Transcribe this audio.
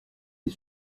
les